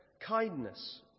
Kindness